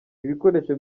ibikoresho